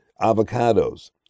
avocados